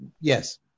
yes